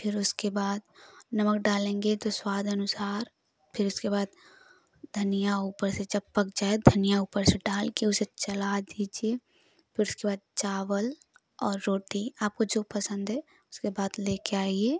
फिर उसके बाद नमक डालेंगे तो स्वाद अनुसार फिर उसके बाद धनिया ऊपर से जब पक जाए धनिया ऊपर से डाल कर उसे चला दीजिए फिर उसके बाद चावल और रोटी आपको जो पसंद है उसके बाद ले के आइए